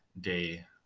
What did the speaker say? day